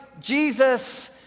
Jesus